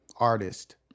artist